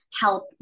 help